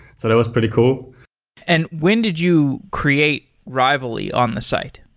so that was pretty cool and when did you create rivaly on the site?